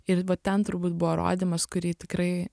ir ten turbūt buvo rodymas kurį tikrai